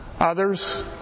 Others